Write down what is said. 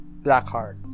Blackheart